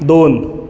दोन